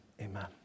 amen